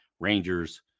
Rangers